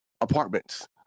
apartments